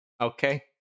okay